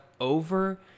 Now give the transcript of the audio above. over